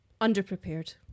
Underprepared